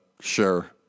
sure